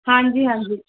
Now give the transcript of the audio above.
ਹਾਂਜੀ ਹਾਂਜੀ